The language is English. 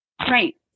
Right